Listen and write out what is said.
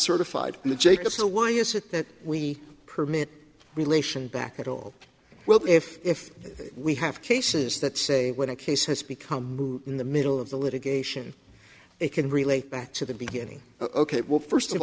certified jacob so why is it that we permit relation back at all well if if we have cases that say when a case has become in the middle of the litigation it can relate back to the beginning ok well first of